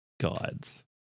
guides